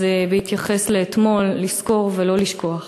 אז בהתייחס לאתמול, לזכור ולא לשכוח.